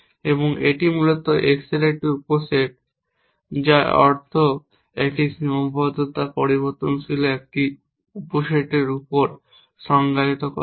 এবং এটি মূলত x এর একটি উপসেট যার অর্থ হল একটি সীমাবদ্ধতা পরিবর্তনশীলগুলির একটি উপসেটের উপর সংজ্ঞায়িত করা হয়